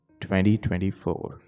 2024